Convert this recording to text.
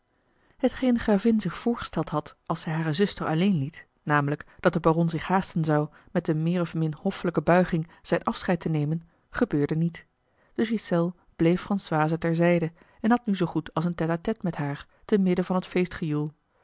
hetgeen de gravin zich voorgesteld had als zij hare zuster alleen liet namelijk dat de baron zich haasten zou met eene meer of min hoffelijke buiging zijn afscheid te nemen gebeurde niet de ghiselles bleef françoise ter zijde en had nu zoo goed als een tête à tête met haar te midden van het feestgejoel